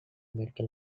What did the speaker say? medical